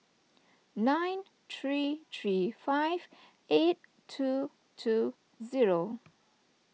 nine three three five eight two two zero